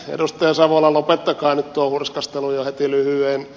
edustaja savola lopettakaa nyt tuo hurskastelu jo heti lyhyeen